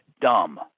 dumb